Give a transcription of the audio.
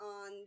on